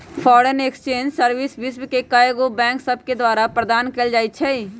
foreign exchange service विश्व के कएगो बैंक सभके द्वारा प्रदान कएल जाइ छइ